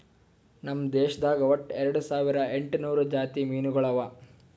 ನಮ್ ದೇಶದಾಗ್ ಒಟ್ಟ ಎರಡು ಸಾವಿರ ಎಂಟು ನೂರು ಜಾತಿ ಮೀನುಗೊಳ್ ಅವಾ